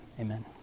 amen